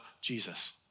Jesus